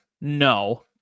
No